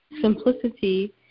Simplicity